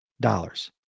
dollars